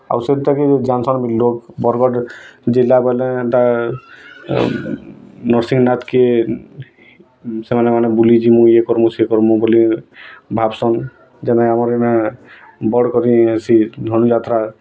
ଆଉ ସେଟା କି ଯାନ୍ସନ୍ ବି ଲୋକ୍ ବର୍ଗଡ଼୍ ଜିଲ୍ଲା ବଏଲେ ଏନ୍ତା ନର୍ସିଂହନାଥ୍ କେ ସେମାନେ ମାନେ ବୁଲି ଯିମୁ ଏ କର୍ମୁ ସେ କର୍ମୁ ବୋଲି ଭାବ୍ସନ୍ ଯେନେ ଆମର୍ ଇନେ ବଡ଼୍ କରି ହେସି ଧନୁଯାତ୍ରା